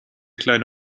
kleine